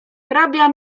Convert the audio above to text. hrabia